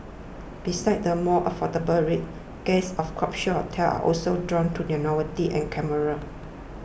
besides the more affordable rates guests of capsule hotels are also drawn to their novelty and camera